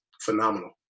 phenomenal